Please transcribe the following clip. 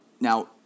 Now